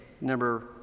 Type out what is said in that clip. Number